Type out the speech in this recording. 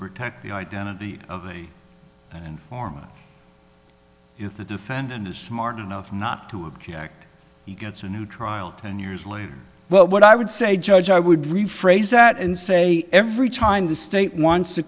protect the identity of an arm and if the defendant is smart enough not to object he gets a new trial ten years later but what i would say judge i would rephrase that and say every time the state wants to